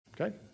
Okay